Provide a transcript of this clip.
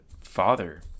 father